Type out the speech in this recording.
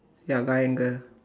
ya guy and girl